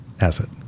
asset